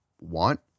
want